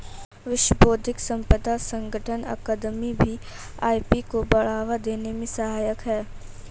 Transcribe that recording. विश्व बौद्धिक संपदा संगठन अकादमी भी आई.पी को बढ़ावा देने में सहायक है